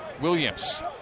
Williams